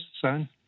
son